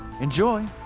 enjoy